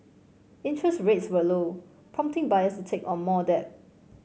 interest rates were low prompting buyers to take on more debt